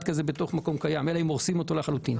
כזה בתוך מקום קיים אלא אם הורסים אותו לחלוטין.